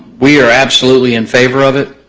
we are absolutely in favor of it.